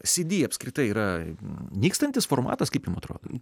cd apskritai yra nykstantis formatas kaip jum atrodo